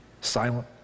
silent